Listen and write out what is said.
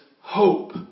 hope